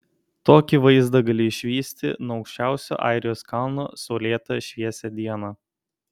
tokį vaizdą gali išvysti nuo aukščiausio airijos kalno saulėtą šviesią dieną